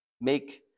make